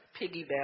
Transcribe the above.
piggyback